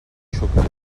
xúquer